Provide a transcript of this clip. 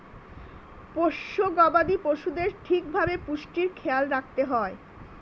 পোষ্য গবাদি পশুদের ঠিক ভাবে পুষ্টির খেয়াল রাখতে হয়